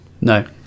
No